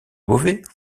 beauvais